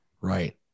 right